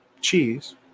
cheese